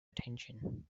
attention